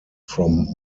from